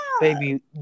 baby